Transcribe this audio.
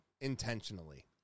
intentionally